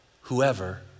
whoever